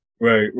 right